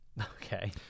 Okay